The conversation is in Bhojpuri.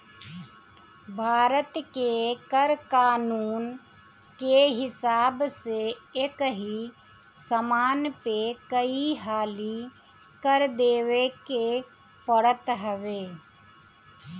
भारत के कर कानून के हिसाब से एकही समान पे कई हाली कर देवे के पड़त हवे